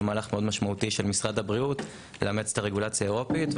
ומהלך משמעותי מאוד של משרד הבריאות לאמץ את הרגולציה האירופית.